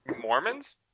Mormons